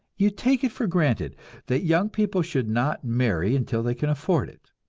you take it for granted that young people should not marry until they can afford it.